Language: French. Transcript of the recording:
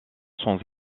sans